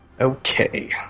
Okay